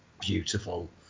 beautiful